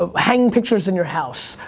ah hanging pictures in your house,